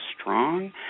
strong